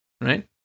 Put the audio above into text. right